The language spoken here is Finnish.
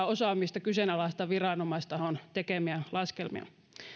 osaamista kyseenalaistaa viranomaistahon tekemiä laskelmia